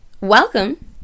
welcome